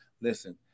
Listen